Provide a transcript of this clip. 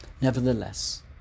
Nevertheless